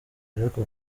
ariko